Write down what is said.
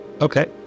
Okay